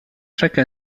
chaque